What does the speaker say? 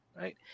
right